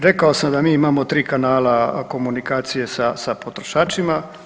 Rekao sam da mi imao 3 kanala komunikacije sa potrošačima.